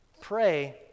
pray